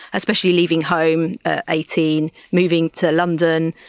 especially leaving home at eighteen, moving to london,